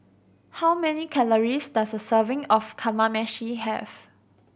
how many calories does a serving of Kamameshi have